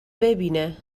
ببینه